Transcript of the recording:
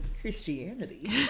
Christianity